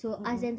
mmhmm